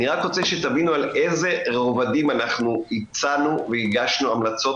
אני רק רוצה שתבינו על איזה רבדים אנחנו הצענו והגשנו המלצות